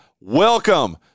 welcome